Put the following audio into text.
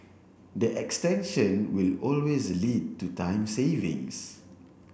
the extension will always lead to time savings